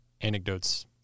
anecdotes